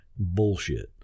Bullshit